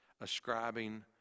ascribing